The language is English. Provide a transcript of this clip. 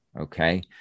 okay